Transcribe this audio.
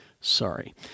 sorry